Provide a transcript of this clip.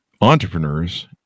entrepreneurs